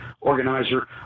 organizer